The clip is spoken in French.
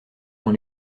dans